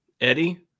Eddie